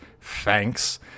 thanks